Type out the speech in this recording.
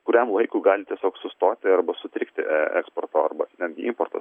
kuriam laikui gali tiesiog sustoti arba sutrikti eksporto arba netgi importo